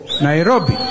Nairobi